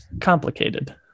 complicated